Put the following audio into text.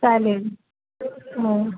चालेल हो